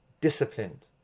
disciplined